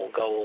go